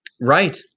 Right